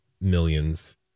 millions